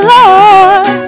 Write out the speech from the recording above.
Lord